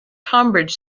tonbridge